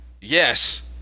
yes